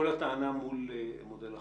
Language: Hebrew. כל הטענה מול מודל החל"ת.